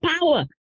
power